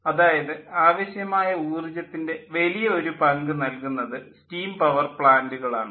അതായത് ആവശ്യമായ ഊർജ്ജത്തിൻ്റെ വളരെ വലിയ ഒരു പങ്ക് നൽകുന്നത് സ്റ്റീം പവർ പ്ലാൻ്റുകൾ ആണ്